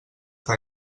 que